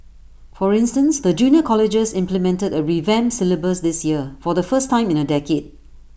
for instance the junior colleges implemented A revamped syllabus this year for the first time in A decade